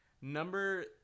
Number